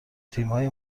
تیمهای